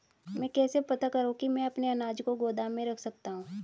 मैं कैसे पता करूँ कि मैं अपने अनाज को गोदाम में रख सकता हूँ?